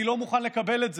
אני לא מוכן לקבל את זה.